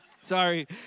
sorry